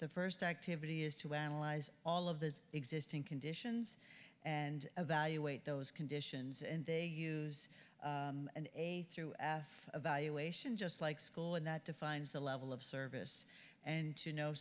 the first activity is to analyze all of the existing conditions and evaluate those conditions and they use an a through f evaluation just like school and that defines the level of service and to no